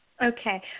Okay